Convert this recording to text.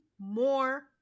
more